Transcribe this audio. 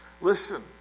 Listen